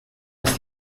ist